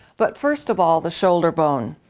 but first of all the shoulder bone.